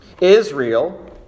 Israel